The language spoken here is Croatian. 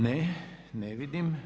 Ne, ne vidim.